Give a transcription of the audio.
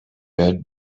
had